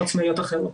או עצמאיות אחרות.